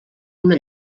una